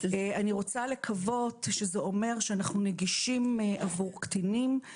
אני רוצה לקוות שזה אומר שאנחנו נגישים עבור קטינים.